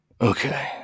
okay